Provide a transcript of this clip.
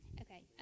Okay